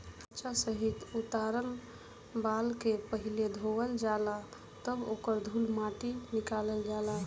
त्वचा सहित उतारल बाल के पहिले धोवल जाला तब ओकर धूल माटी निकालल जाला